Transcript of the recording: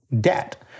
debt